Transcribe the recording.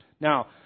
Now